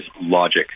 logic